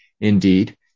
Indeed